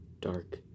dark